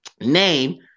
name